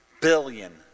billion